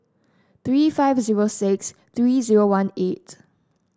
three five zero six three zero one eight